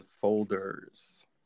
folders